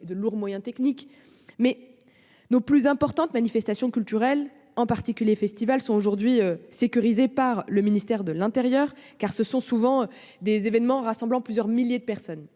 de lourds moyens techniques. Nos plus importantes manifestations culturelles, en particulier les festivals, sont aujourd'hui sécurisées par le ministère de l'intérieur, car ce sont souvent des événements rassemblant plusieurs milliers de personnes.